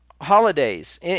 Holidays